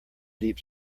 deep